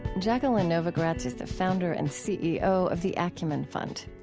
jacqueline novogratz is the founder and ceo of the acumen fund.